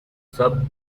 sub